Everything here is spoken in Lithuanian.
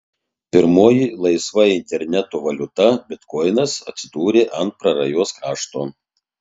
pirmoji laisva interneto valiuta bitkoinas atsidūrė ant prarajos krašto